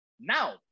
now